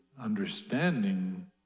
Understanding